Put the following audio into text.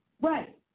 right